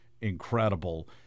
incredible –